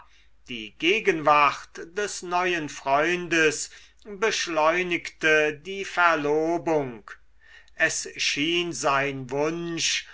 die gegenwart des neuen freundes beschleunigte die verlobung es schien sein wunsch